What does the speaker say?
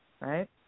right